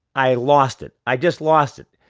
i lost it. i just lost it.